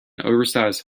oversize